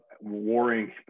warring